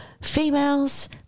females